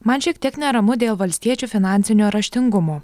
man šiek tiek neramu dėl valstiečių finansinio raštingumo